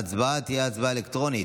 ההצבעה תהיה הצבעה אלקטרונית.